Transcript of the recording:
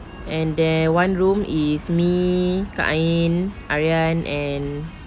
and then one room is me kak ain aryan and